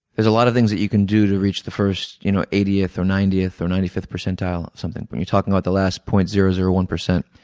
there's a lot of things that you can do to reach the first you know eightieth, or ninetieth, or ninety fifth percentile of something. when you're talking about the last point zero zero one percent,